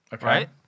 right